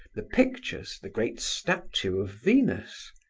the pictures, the great statue of venus.